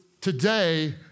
today